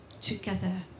together